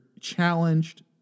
challenged